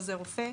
עוזר רופא.